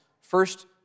first